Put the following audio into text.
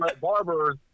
barbers